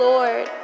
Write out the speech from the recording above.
Lord